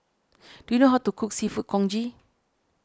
do you know how to cook Seafood Congee